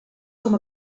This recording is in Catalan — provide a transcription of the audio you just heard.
com